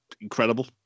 incredible